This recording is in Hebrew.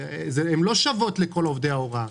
הן לא שוות לכל עובדי ההוראה.